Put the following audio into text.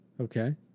Okay